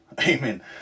Amen